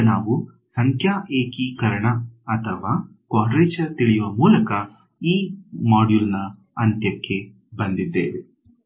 ಈಗ ನಾವು ಸಂಖ್ಯಾ ಏಕೀಕರಣ ಅಥವಾ ಕ್ವಾಡ್ರೇಚರ್ ತಿಳಿಯುವ ಮೂಲಕ ಈ ಮಾಡ್ಯೂಲ್ನ ಅಂತ್ಯಕ್ಕೆ ಬಂದಿದ್ದೇವೆ